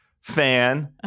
fan